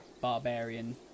barbarian